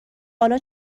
حالا